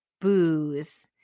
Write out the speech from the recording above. booze